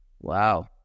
wow